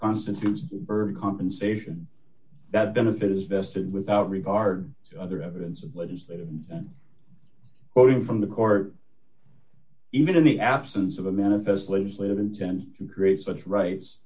constitutes early compensation that benefit is vested without regard to other evidence of legislative quoting from the court even in the absence of a manifest legislative intent to create such rights